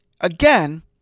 again